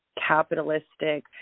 capitalistic